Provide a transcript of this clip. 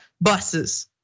buses